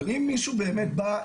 אבל אם מישהו באמת בא,